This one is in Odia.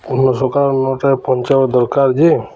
ତେଣୁ ସକାଳ ନଅଟାରେ ପହଁଞ୍ଚାଇବା ଦରକାର ଯେ